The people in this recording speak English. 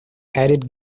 added